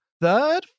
third